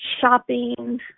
shopping